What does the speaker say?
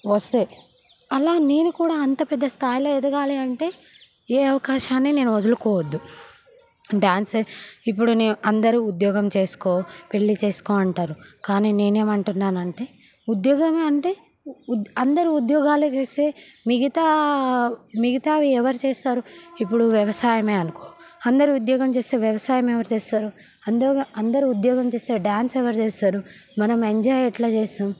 వస్తే అలా నేను కూడా అంత పెద్ద స్థాయిలో ఎదగాలి అంటే ఏ అవకాశాన్ని నేను వదులుకోవద్దు డాన్స్ ఏ ఇప్పుడు అందరూ ఉద్యోగం చేసుకో పెళ్లి చేసుకో అంటారు కానీ నేను ఏమంటున్నానంటే ఉద్యోగమే ఉంటే అందరూ ఉద్యోగాలే చేస్తే మిగతా మిగతావి ఎవరు చేస్తారు ఇప్పుడు వ్యవసాయమే అనుకో అందరు ఉద్యోగం చేస్తే వ్యవసాయం ఎవరు చేస్తారు అందరూ అందరూ ఉద్యోగం చేస్తే డాన్స్ ఎవరు చేస్తారు మనం ఎంజాయ్ ఎట్లా చేస్తాం